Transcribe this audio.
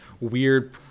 weird